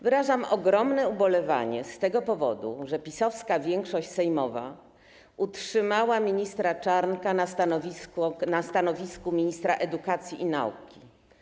Wyrażam ogromne ubolewanie z tego powodu, że PiS-owska większość sejmowa utrzymała ministra Czarnka na stanowisku ministra edukacji i nauki.